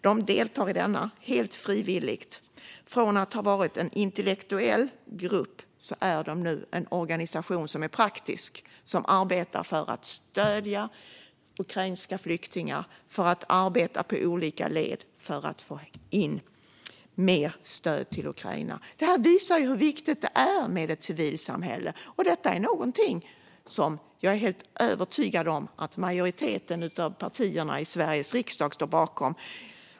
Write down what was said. De deltar i denna organisation helt frivilligt. Från att ha varit en intellektuell grupp är detta nu en organisation som är praktisk. Man arbetar för att stödja ukrainska flyktingar och i olika led för att få in mer stöd till Ukraina. Det här visar hur viktigt det är med ett civilsamhälle. Det är något som jag är helt övertygad om att majoriteten av partierna i Sveriges riksdag står bakom.